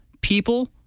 people